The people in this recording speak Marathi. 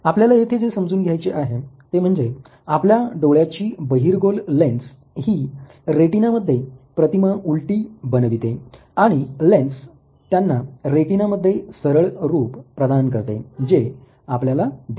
आपल्याला येथे जे समजून घ्यायचे आहे ते म्हणजे आपल्या डोळ्याची बहिर्गोल लेन्स हि रेटीना मध्ये प्रतिमा उलटी बनविते आणि लेन्स त्यांना रेटीना मध्ये सरळ रूप प्रदान करते जे आपल्याला दिसते